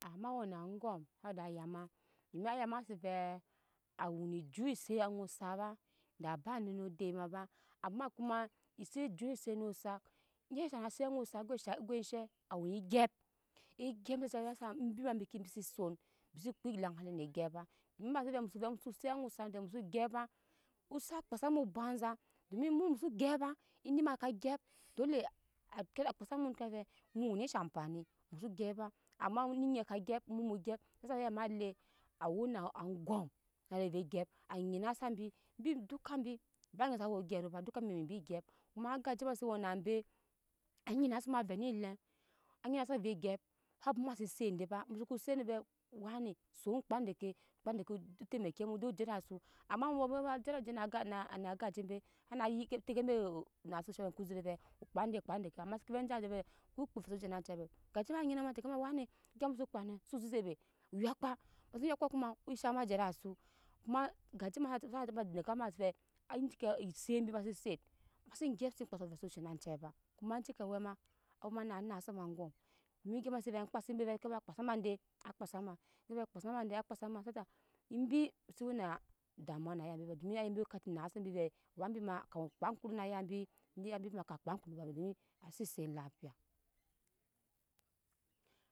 A ma wene aŋgɔm ada ya ma dom ayama se vɛ a wene ejut set aŋa osak ba da ba ni node maba ama koma se jut set ni osak egyi se shaŋ ni sere aŋa osek go sha go she awene gyap egyap be harsha embi ma bi se son bi se kpe laŋale nu gyap ba domi ama ke mu so set aŋa osak mivɛ muso gyap ba osak kpe semu obza domi emu mu so gyap ba eni ma ka gyap dole akya a kpa samu kyam vɛ mu wena sha pani muso gyap ba ama ni nyi ka gyap emu mu ko gyap has sha ayama le a wena aŋgɔm neda ve gyp angina sa bi bi doka bi ba nyi sa ve wo ogyaro ba doka bi bi we ambe gyap koma agaje ma se wena be anyina suma avɛ ne lem a nyina sama vɛ gyap sa bwoma ma se set de ba mu soko set de vɛ wani son kpa dike kpa deke otemeke mu do jeda su am bɔ bɔ bɔ wa jero je ma ga na agaje sana yike teke be o nase oshowara ko ze be o nase oshowara ko ze vɛ vɛ kpa de kpa de ama seke ze jaje soko ke so jena cei gaje ma nyina ma teka ma wani gya muso kpa ne so zeze be oyakpa ba se yokpa koma oska ma jede su koma gaje ma je vɛ neke ma se vɛ e cike set bi ma se set ma se gyap se kpa se ove su shena cei ba koma ecike awɛ ma awɛ ma na nasema aŋgɔm domi gya ma se vɛ kpa se be vɛke vɛ kpasa ma de na kpasa ma de kevɛ kpa sama de ka kpa sa ma sodat embi domi aya bi ka ci nasabi vɛ bababi ma kawu kpa kori na aya bi di aya bi ma ka kpa kori no baba domi a sesset lapiya